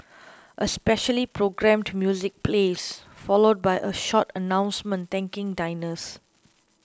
a specially programmed music plays followed by a short announcement thanking diners